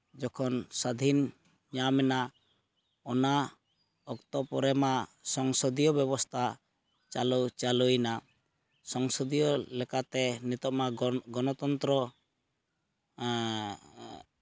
ᱡᱚᱠᱷᱚᱱ ᱥᱟᱹᱫᱷᱤᱱ ᱧᱟᱢ ᱮᱱᱟ ᱚᱱᱟ ᱚᱠᱛᱚ ᱯᱚᱨᱮ ᱢᱟ ᱥᱚᱝᱥᱚᱫᱤᱭᱚ ᱵᱮᱵᱚᱥᱛᱷᱟ ᱪᱟᱹᱞᱩᱭᱱᱟ ᱥᱚᱝᱥᱚᱫᱤᱭᱚ ᱞᱮᱠᱟᱛᱮ ᱱᱤᱛᱚᱜ ᱢᱟ ᱜᱚᱱᱚᱛᱚᱱᱛᱨᱚ